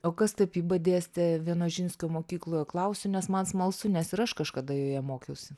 o kas tapybą dėstė vienožinskio mokykloje klausiu nes man smalsu nes ir aš kažkada joje mokiausi